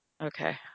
Okay